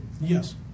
Yes